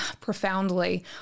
profoundly